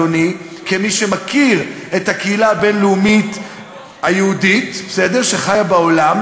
אדוני כמי שמכיר את הקהילה הבין-לאומית היהודית שחיה בעולם,